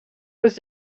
was